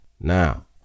Now